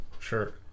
Sure